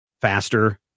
faster